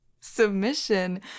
submission